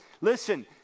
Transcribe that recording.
Listen